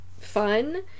fun